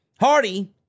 Hardy